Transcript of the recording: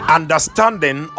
understanding